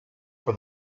for